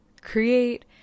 create